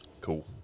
cool